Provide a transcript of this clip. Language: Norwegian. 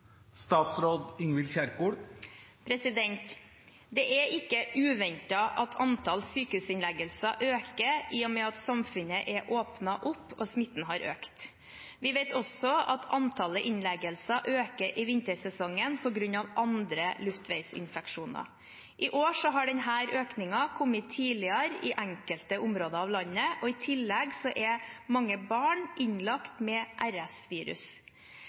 Det er ikke uventet at antall sykehusinnleggelser øker, i og med at samfunnet er åpnet opp og smitten har økt. Vi vet også at antallet innleggelser øker i vintersesongen på grunn av andre luftveisinfeksjoner. I år har denne økningen kommet tidligere i enkelte områder av landet, og i tillegg er mange barn innlagt med